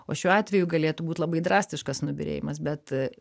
o šiuo atveju galėtų būt labai drastiškas nubyrėjimas bet